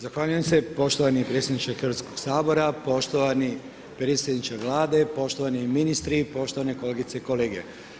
Zahvaljujem se poštovani predsjedniče Hrvatskog sabora, poštovani predsjedniče Vlade, poštovani ministri i poštovane kolegice i kolege.